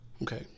Okay